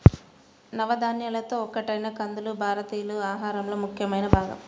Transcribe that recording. నవధాన్యాలలో ఒకటైన కందులు భారతీయుల ఆహారంలో ముఖ్యమైన భాగం